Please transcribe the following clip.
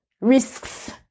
risks